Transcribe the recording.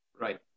right